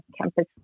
campus